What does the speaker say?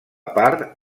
part